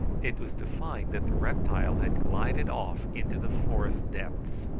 it was to find that the reptile had glided off into the forest depths.